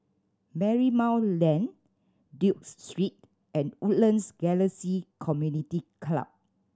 Marymount Lane Duke Street and Woodlands Galaxy Community Club